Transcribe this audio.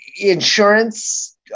insurance